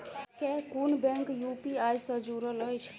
केँ कुन bank UPI सँ जुड़ल अछि?